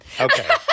Okay